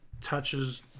touches